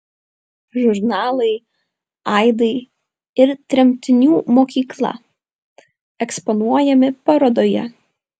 žurnalai aidai ir tremtinių mokykla eksponuojami parodoje